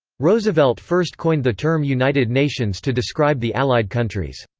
roosevelt first coined the term united nations to describe the allied countries.